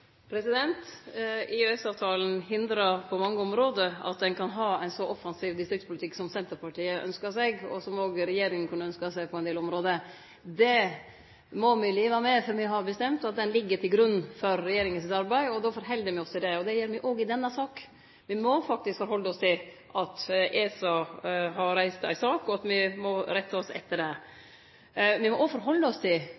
hindrar på mange område at ein kan ha ein så offensiv distriktspolitikk som Senterpartiet ynskjer, og som òg regjeringa kunne ynskt på ein del område. Det må me leve med, for me har bestemt at han ligg til grunn for regjeringa sitt arbeid, og då held me oss til det. Det gjer me òg i denne saka. Me må faktisk halde oss til at ESA har reist ei sak, og at me må rette oss etter det. Me må òg halde oss til